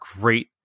great